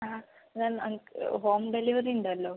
ആ ma'am home delivery ഉണ്ടല്ലോ